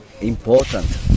important